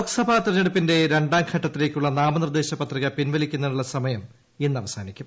ലോക്സഭാ തിരഞ്ഞെടുപ്പിന്റെ രണ്ടാംഘട്ടത്തിലേയ്ക്കുള്ള നാമനിർദ്ദേശ പത്രിക പിൻവലിക്കുന്നതിനുള്ള സമയം ഇന്ന് അവസാനിക്കും